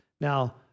Now